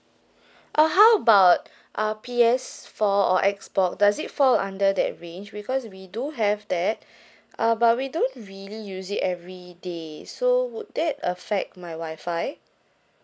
uh how about uh P_S for or xbox does it fall under that range because we do have that uh but we don't really use it every days so would that affect my wi-fi